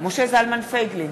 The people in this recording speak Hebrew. משה זלמן פייגלין,